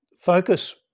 focus